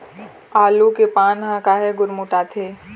आलू के पान हर काहे गुरमुटाथे?